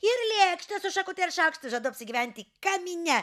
ir lėkštę su šakute ir šaukštu žadu apsigyventi kamine